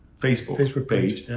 facebook facebook page.